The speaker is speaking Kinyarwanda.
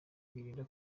birinda